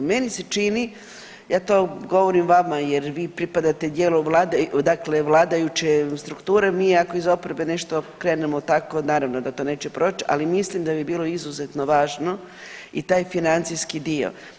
Meni se čini, ja to govorim vama jer vi pripade dijelu vlade, dakle vladajuće strukture, mi ako iz oporbe nešto krenemo tako naravno da to neće proći, ali mislim da bi bilo izuzetno važno i taj financijski dio.